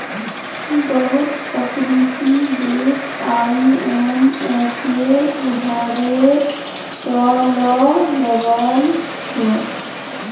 बहुत अफ्रीकी देश आईएमएफेर उधारेर त ल दबाल छ